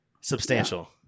Substantial